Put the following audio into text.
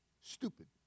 stupid